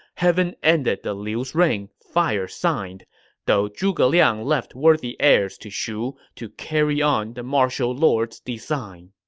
heaven ended the liu's reign, fire-signed though zhuge liang left worthy heirs to shu to carry on the martial lord's design